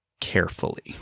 carefully